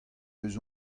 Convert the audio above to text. eus